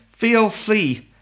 VLC